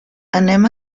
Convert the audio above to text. anem